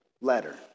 letter